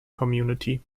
community